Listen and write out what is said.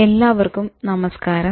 എല്ലാവർക്കും നമസ്ക്കാരം